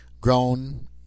grown